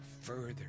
further